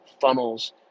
funnels